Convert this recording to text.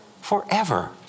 forever